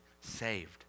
saved